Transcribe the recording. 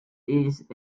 east